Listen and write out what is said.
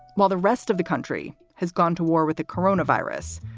while the rest of the country has gone to war with the corona virus,